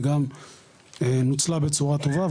וגם נוצלה בצורה טובה.